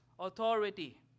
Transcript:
authority